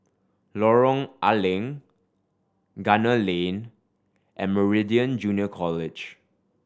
Lorong A Leng Gunner Lane and Meridian Junior College